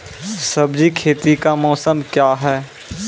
सब्जी खेती का मौसम क्या हैं?